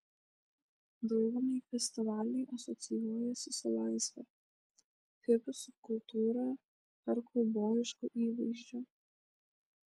daugumai festivaliai asocijuojasi su laisve hipių subkultūra ar kaubojišku įvaizdžiu